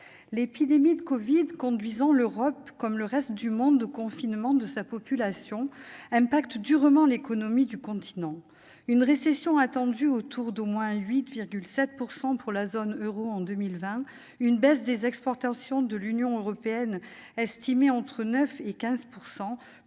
l'épidémie de Covid-19 conduisant l'Europe, comme le reste du monde, au confinement de sa population affecte durement l'économie du continent : une récession attendue autour d'au moins 8,7 % pour la zone euro en 2020, une baisse des exportations de l'Union européenne estimée entre 9 % et 15 %,